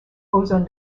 ozone